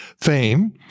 fame